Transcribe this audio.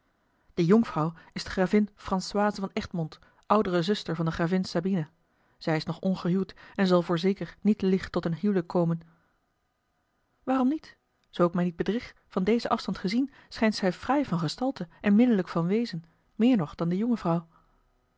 die jonkvrouw is de gravin françoise van egmond oudere zuster van de gravin sabina zij is nog ongehuwd en zal voorzeker niet licht tot een hylik komen waarom niet zoo ik mij niet bedrieg van dezen afstand gezien schijnt zij fraai van gestalte en minnelijk van wezen meer nog dan de jonge vrouw